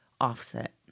offset